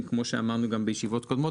כמו שאמרנו גם בישיבות קודמות,